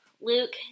Luke